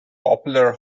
popular